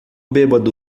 bêbado